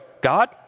God